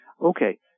Okay